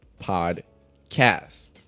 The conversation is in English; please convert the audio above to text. Podcast